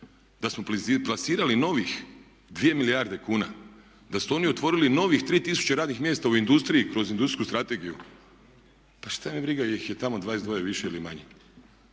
Da smo plasirali novih 2 milijarde kuna, da su oni otvorili novih 3000 radnih mjesta u industriji kroz industrijsku strategiju, pa šta me briga jel' ih je tamo 22 više ili manje.